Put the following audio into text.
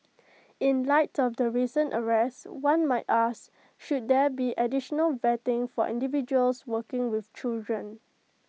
in light of the recent arrest one might ask should there be additional vetting for individuals working with children